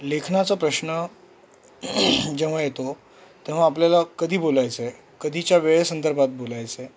लेखनाचा प्रश्न जेव्हा येतो तेव्हा आपल्याला कधी बोलायचं आहे कधीच्या वेळेसंदर्भात बोलायचं आहे